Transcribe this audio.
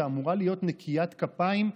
שאמורה להיות נקיית כפיים,